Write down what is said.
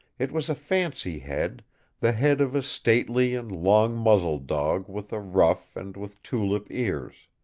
it was a fancy head the head of a stately and long muzzled dog with a ruff and with tulip ears.